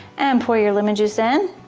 and pour your lemon juice in.